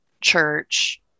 church